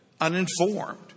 uninformed